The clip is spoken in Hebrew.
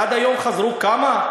עד היום חזרו, כמה?